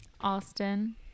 austin